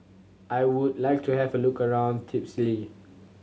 I would like to have a look around Tbilisi